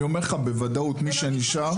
אני אומר לך בוודאות --- זה החוק.